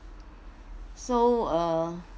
so uh